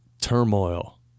Turmoil